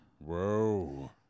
Whoa